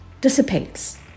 dissipates